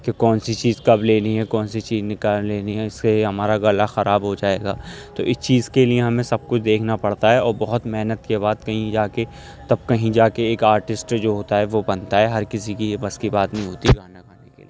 کہ کون سی چیز کب لینی ہے کون سی چیز کہاں لینی ہے اس سے ہمارا گلا خراب ہو جائے گا تو اس چیز کے لیے ہمیں سب کچھ دیکھنا پڑتا ہے اور بہت محنت کے بعد کہیں جا کے تب کہیں جا کے ایک آرٹسٹ جو ہوتا ہے وہ بنتا ہے ہر کسی کی یہ بس کی بات نہیں ہوتی گانا گانے کے لیے